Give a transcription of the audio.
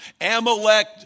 Amalek